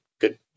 good